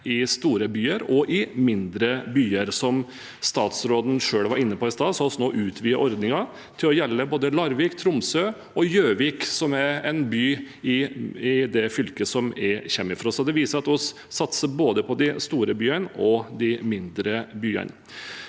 i store byer og i mindre byer. Som statsråden selv var inne på i stad, har vi nå utvidet ordningen til å gjelde både Larvik og Tromsø, og Gjøvik, som er en by i det fylket jeg kommer fra. Dette viser at vi satser på både de store og de mindre byene.